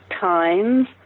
times